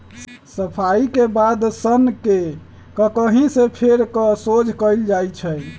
सफाई के बाद सन्न के ककहि से फेर कऽ सोझ कएल जाइ छइ